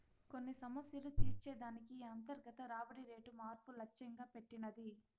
కొన్ని సమస్యలు తీర్చే దానికి ఈ అంతర్గత రాబడి రేటు మార్పు లచ్చెంగా పెట్టినది